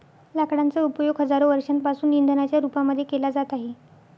लाकडांचा उपयोग हजारो वर्षांपासून इंधनाच्या रूपामध्ये केला जात आहे